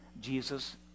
Jesus